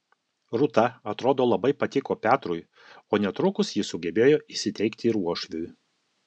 rūta atrodo labai patiko petrui o netrukus ji sugebėjo įsiteikti ir uošviui